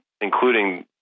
including